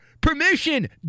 permission